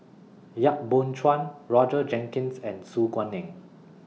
Yap Boon Chuan Roger Jenkins and Su Guaning